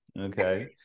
okay